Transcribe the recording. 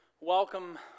welcome